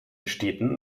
städten